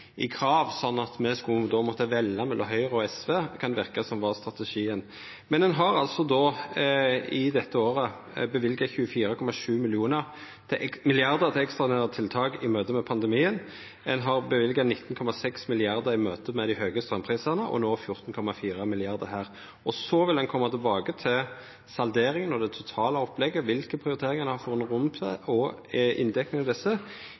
krav, sånn at me då måtte velja mellom Høgre og SV. Det kan verka som det var strategien. Men ein har altså dette året løyvd 24,7 mrd. kr til ekstraordinære tiltak i møte med pandemien. Ein har løyvd 19,6 mrd. kr i møte med dei høge straumprisane og no 14,4 mrd. kr. Så vil ein i salderinga koma tilbake til det totale opplegget – kva prioriteringar ein har funne rom til og inndekninga av desse